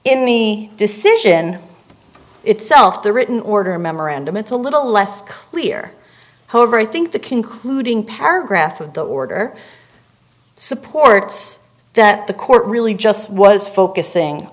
in the decision itself the written order memorandum it's a little less clear however i think the concluding paragraph of the order supports that the court really just was focusing